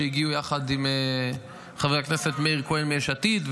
שהגיעו יחד עם חברי הכנסת מאיר כהן מיש עתיד,